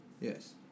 Yes